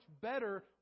better